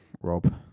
Rob